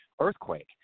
earthquake